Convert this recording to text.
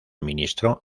ministro